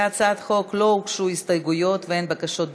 להצעת החוק לא הוגשו הסתייגויות ואין בקשות דיבור,